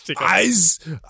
eyes